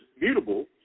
mutable